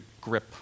grip